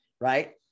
right